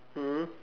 hmm